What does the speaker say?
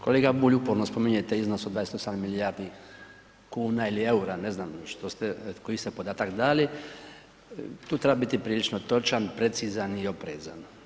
Kolega Bulj, uporno spominjete iznos od 28 milijardi kuna ili eura, ne znam koji ste podatak dali, tu treba biti prilično točan, precizan i oprezan.